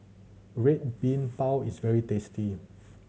Red Bean Bao is very tasty